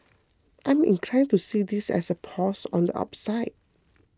I'm inclined to see this as a pause on the upside